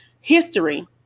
history